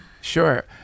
Sure